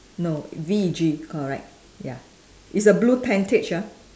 no V E G correct ya it's a blue tentage ah